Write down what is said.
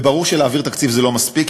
וברור שלהעביר תקציב זה לא מספיק.